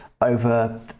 over